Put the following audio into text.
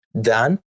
done